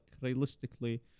realistically